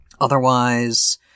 Otherwise